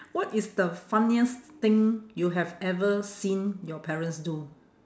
what is the funniest thing you have ever seen your parents do